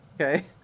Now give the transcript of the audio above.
Okay